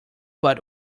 but